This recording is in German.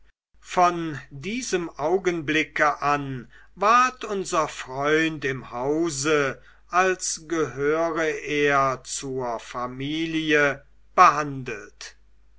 von diesem augenblicke an ward unser freund im hause als gehöre er zur familie behandelt